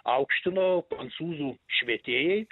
aukštino prancūzų švietėjai